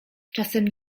czasem